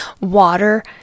water